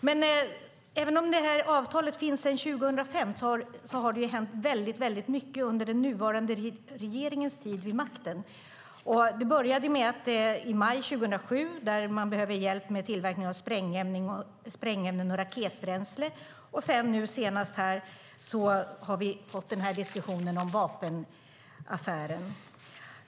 Men även om det här avtalet finns sedan 2005 har det hänt väldigt mycket under den nuvarande regeringens tid vid makten. Det började i maj 2007 när man behövde hjälp med tillverkning av sprängämnen och raketbränsle, och nu senast har vi fått den här diskussionen om vapenaffären.